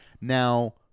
Now